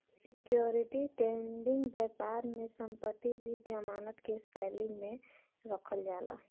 security trading बैपार में संपत्ति भी जमानत के शैली में रखल जाला